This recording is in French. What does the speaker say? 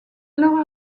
leur